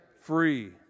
free